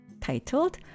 titled